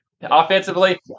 offensively